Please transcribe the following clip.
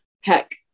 heck